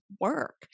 work